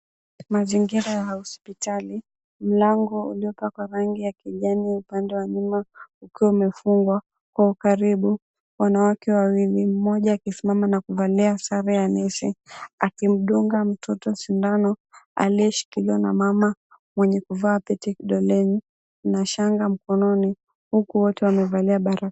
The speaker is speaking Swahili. Mzingira ya hospitali, mlango uliopakwa rangi ya kijani upande wa nyuma ukiwa umefungwa kwa ukaribu. Wanawake wawili, mmoja akisimama na kuvalia sare ya nesi, akimdunga mtoto sindano aliyeshikiliwa na mama mwenye kuvaa pete kidoleni na shanga mkononi huku wote wamevalia barakoa.